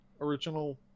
original